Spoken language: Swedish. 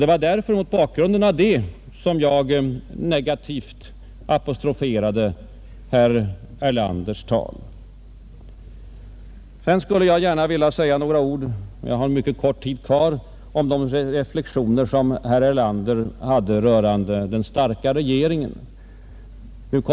Det var mot denna bakgrund som jag negativt apostroferade herr Erlanders tal. Jag har mycket liten repliktid kvar, men jag vill gärna säga nägra ord om de reflexioner herr Erlander gjorde rörande den starka regeringen.